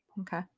Okay